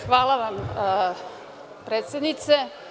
Hvala vam, predsednice.